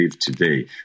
today